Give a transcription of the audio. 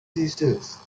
sisters